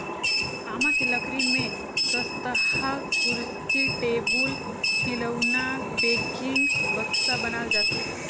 आमा के लकरी में सस्तहा कुरसी, टेबुल, खिलउना, पेकिंग, बक्सा बनाल जाथे